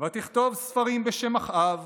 "ותכתב ספרים בשם אחאב